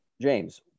James